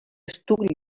estuc